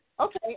Okay